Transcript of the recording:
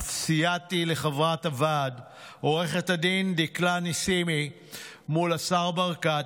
אף סייעתי לחברת הוועד עו"ד דיקלה נסימי מול השר ברקת,